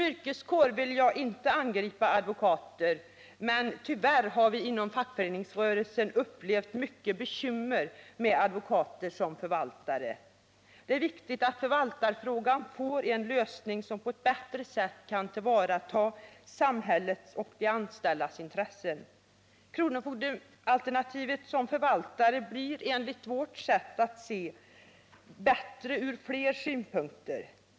Jag vill inte angripa advokaterna som yrkeskår, men tyvärr har vi inom fackföreningsrörelsen upplevt mycket bekymmer med advokater som förvaltare. Det är viktigt att förvaltarfrågan får en lösning som på ett bättre sätt kan tillvarata samhällets och de anställdas intressen. Alternativet med kronofogdar som förvaltare blir enligt vårt sätt att se bättre ur flera synpunkter.